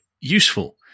useful